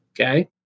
Okay